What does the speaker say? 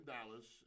Dallas